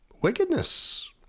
wickedness